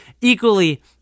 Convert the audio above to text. equally